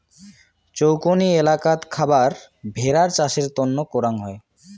চৌকনি এলাকাত খাবার ভেড়ার চাষের তন্ন করাং হই